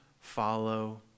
follow